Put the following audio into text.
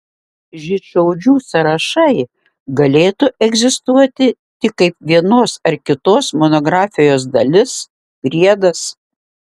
žydšaudžių sąrašai galėtų egzistuoti tik kaip vienos ar kitos monografijos dalis priedas